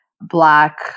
black